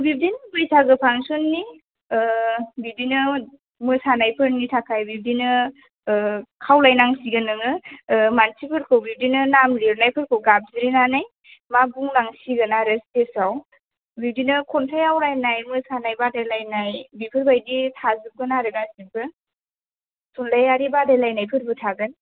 बिब्दिनो बैसागो फान्सननि ओ बिदिनो मोसानाय फोरनि थाखाय बिब्दिनो ओ खावलाय नांसिगोन नोङोओ मानसिफोरखौ बिदिनो नाम लिरनायफोरखौ गाबज्रिनानै मा बुंनांसिगोन आरो स्टेसआव बिदिनो खन्थाइ आवरायनाय मोसानाय बादायलायनाय बेफोरबायदि थाजोबगोन आरो गासैबो थाुनलइयारि बादायलायनाय फोरबो थागोन